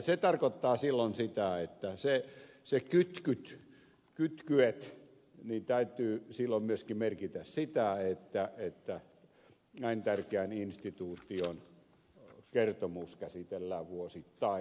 se tarkoittaa silloin sitä että sen kytkyen täytyy silloin myöskin merkitä sitä että näin tärkeän instituution kertomus käsitellään vuosittain